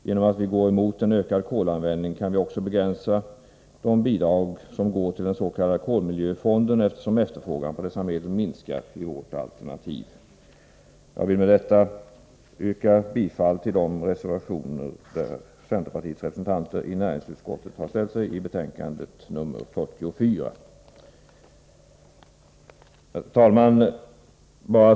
Genom att vi går emot en ökad kolanvändning kan vi också begränsa de bidrag som går till den s.k. kolmiljöfonden, eftersom efterfrågan på dessa medel minskar med vårt alternativ. Jag vill med detta yrka bifall till de till näringsutskottets betänkande 44 fogade reservationer som har undertecknats av centerpartiets representanter. Herr talman!